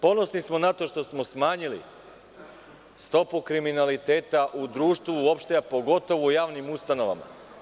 Ponosni smo na to što smo smanjili stopu kriminaliteta u društvu uopšte, a pogotovo u javnim ustanovama.